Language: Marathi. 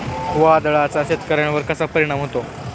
वादळाचा शेतकऱ्यांवर कसा परिणाम होतो?